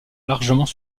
largement